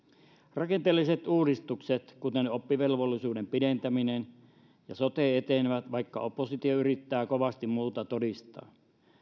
rakenteelliset uudistukset kuten oppivelvollisuuden pidentäminen ja sote etenevät vaikka oppositio yrittää kovasti muuta todistaa